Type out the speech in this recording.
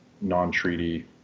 non-treaty